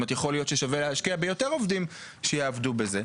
יכול להיות ששווה להשקיע ביותר עובדים שיעבדו בזה.